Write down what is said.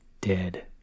dead